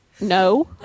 no